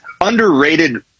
underrated